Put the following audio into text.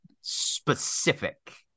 specific